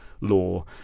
law